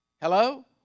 Hello